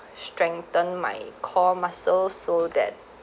strengthen my core muscles so that